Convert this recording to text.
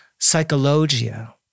Psychologia